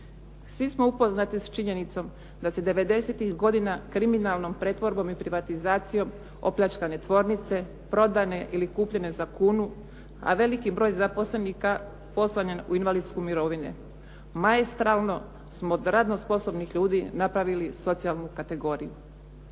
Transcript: Svi smo upoznati s činjenicom da se devedesetih godina kriminalnom pretvorbom i privatizacijom opljačkane tvornice, prodane ili kupljene za kunu, a veliki broj zaposlenika poslan je u invalidsku mirovinu. Maestralno smo od radno sposobnih ljudi napravili socijalnu kategoriju.